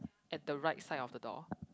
at the right side of the door